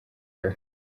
her